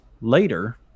later